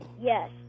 yes